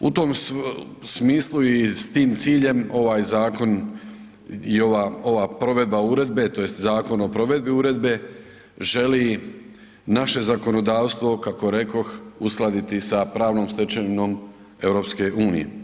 U tom smislu i s tim ciljem ovaj zakon i ova, ova provedba uredbe tj. Zakon o provedbi uredbe želi naše zakonodavstvo, kako rekoh, uskladiti sa pravnom stečevinom EU.